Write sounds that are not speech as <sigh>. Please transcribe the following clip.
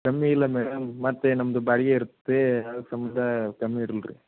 ಕಮ್ಮಿ ಇಲ್ಲ ಮೇಡಮ್ ಮತ್ತು ನಮ್ಮದು ಬಾಡಿಗೆ ಇರುತ್ತೆ <unintelligible> ಕಮ್ಮಿ ಇರಲ್ಲ ರಿ